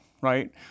right